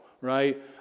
right